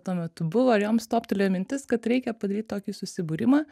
tuo metu buvo ir joms toptelėjo mintis kad reikia padaryt tokį susibūrimą